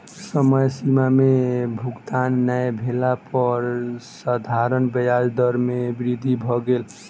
समय सीमा में भुगतान नै भेला पर साधारण ब्याज दर में वृद्धि भ गेल